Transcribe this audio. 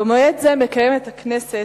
במועד זה מקיימת הכנסת,